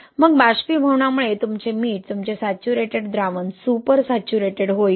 मग बाष्पीभवनामुळे तुमचे मीठ तुमचे सैचुरेटेड द्रावण सुपर सैचुरेटेड होईल